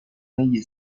negli